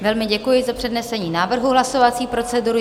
Velmi děkuji za přednesení návrhu hlasovací procedury.